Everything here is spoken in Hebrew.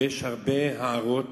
ויש הרבה הערות,